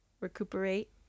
recuperate